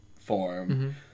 form